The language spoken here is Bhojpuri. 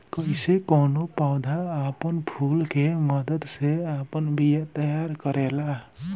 कइसे कौनो पौधा आपन फूल के मदद से आपन बिया तैयार करेला